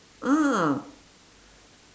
ah